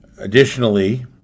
additionally